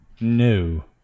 No